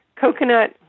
Coconut